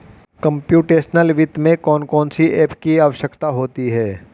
computational वित्त में कौन कौन सी एप की आवश्यकता होती है